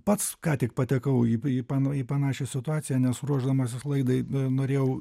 pats ką tik patekau į į pan į panašią situaciją nes ruošdamasis laidai norėjau